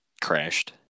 crashed